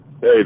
Hey